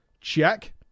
Check